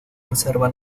reserva